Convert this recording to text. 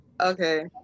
Okay